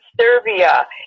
Serbia